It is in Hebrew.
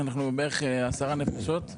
אנחנו בערך 10 נפשות,